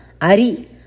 Ari